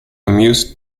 amused